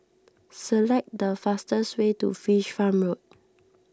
select the fastest way to Fish Farm Road